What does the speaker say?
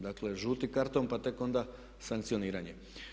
Dakle, žuti karton, pa tek onda sankcioniranje.